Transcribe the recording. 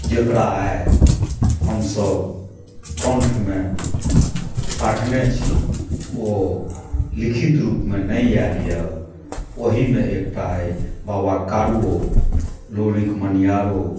जेकरा आइ हमसभ कंठमे राखने छी ओ लिखित रूपमे नहि आयल यऽ ओहिमे एकटा अइ बाबा कारुओ लोरिक मनिआरो